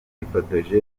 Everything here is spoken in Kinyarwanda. yifotoje